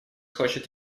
хочет